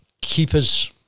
Keepers